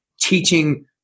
teaching